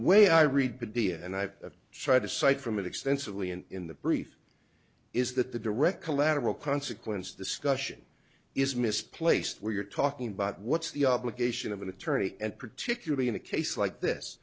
way i read dia and i've tried to cite from it extensively and in the brief is that the direct collateral consequence discussion is misplaced where you're talking about what's the obligation of an attorney and particularly in a case like this